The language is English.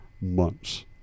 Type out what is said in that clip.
months